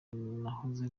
nahoze